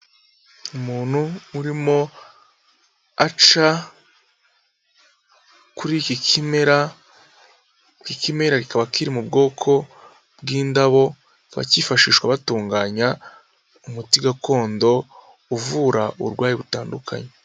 Umuntu urimo aca kuri iki kimera nk'ikimera kikaba kiri mu bwoko bw'indabo, kikaba cyifashishwa batunganya umuti gakondo uvura uburwayi butandukanye.